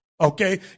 Okay